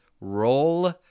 Roll